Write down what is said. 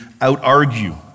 out-argue